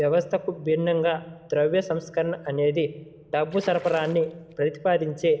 వ్యవస్థకు భిన్నంగా ద్రవ్య సంస్కరణ అనేది డబ్బు సరఫరాని ప్రతిపాదించే